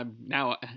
now